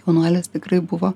jaunuolis tikrai buvo